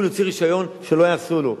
סיכוי להוציא רשיון, שלא יהרסו לו.